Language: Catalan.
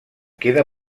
queda